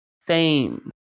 Fame